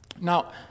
Now